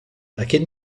aquest